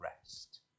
rest